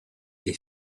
est